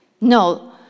No